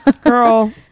Girl